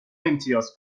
امتیاز